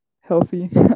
healthy